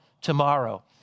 tomorrow